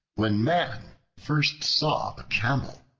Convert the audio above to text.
when man first saw the camel,